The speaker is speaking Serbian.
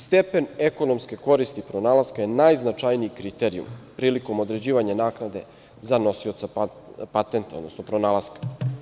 Stepen ekonomske koristi pronalaska je najznačajniji kriterijum prilikom određivanja naknade za nosioca patenta, odnosno pronalaska.